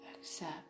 accept